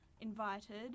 invited